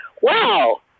wow